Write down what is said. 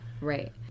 right